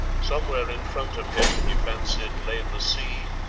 somewhere in front of him, he fancied, lay the sea,